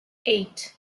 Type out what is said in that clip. eight